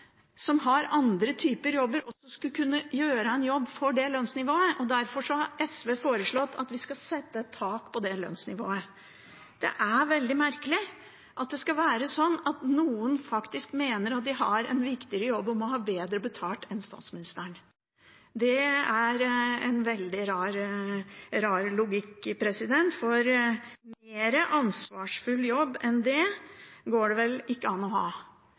som har andre typer jobber, også skulle kunne gjøre en jobb med det lønnsnivået. Derfor har SV foreslått at vi skal sette et tak på det lønnsnivået. Det er veldig merkelig at noen faktisk mener at de har en viktigere jobb og må ha bedre betalt enn statsministeren. Det er en veldig rar logikk, for en mer ansvarsfull jobb enn det går det vel ikke an å ha.